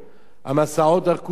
המסעות ארכו שבועות רבים,